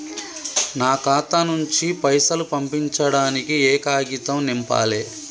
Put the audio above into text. నా ఖాతా నుంచి పైసలు పంపించడానికి ఏ కాగితం నింపాలే?